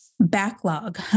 backlog